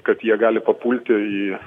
kad jie gali papulti į